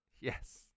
Yes